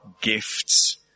gifts